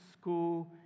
school